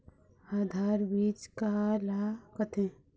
आधार बीज का ला कथें?